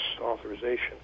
authorization